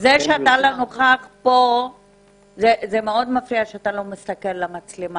זה מאוד מפריע שאתה לא מסתכל למצלמה.